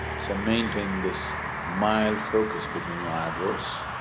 so maintain this mild focus between your eyebrows.